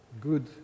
good